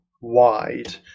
wide